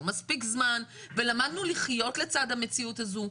מספיק זמן ולמדנו לחיות לצד המציאות הזו,